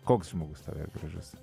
koks žmogus tau yra gražus